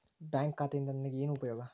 Bank ಖಾತೆಯಿಂದ ನನಗೆ ಏನು ಉಪಯೋಗ?